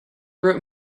wrote